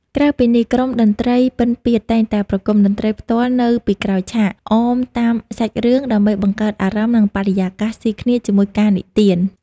ក្រៅពីនេះ ក្រុមតន្ត្រីពិណពាទ្យតែងតែប្រគំតន្ត្រីផ្ទាល់នៅពីក្រោយឆាក អមតាមសាច់រឿងដើម្បីបង្កើតអារម្មណ៍ និងបរិយាកាសស៊ីគ្នាជាមួយការនិទាន។